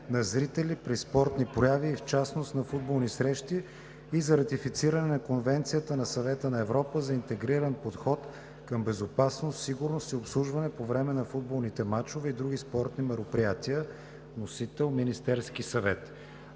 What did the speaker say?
на зрители при спортни прояви и в частност футболни срещи и за ратифициране на Конвенцията на Съвета на Европа за интегриран подход към безопасност, сигурност и обслужване по време на футболни мачове и други спортни мероприятия, № 902-02-21, внесен от Министерския съвет